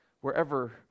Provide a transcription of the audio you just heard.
wherever